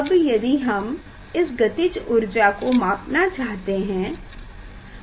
अब यदि हम इस गतिज ऊर्जा को मापना चाहते हैं हम क्या कर सकते हैं